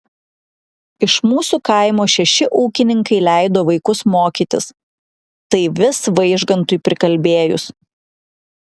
iš mūsų kaimo šeši ūkininkai leido vaikus mokytis tai vis vaižgantui prikalbėjus